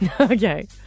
Okay